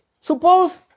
suppose